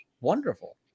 wonderful